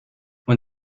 when